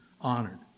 honored